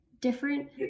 different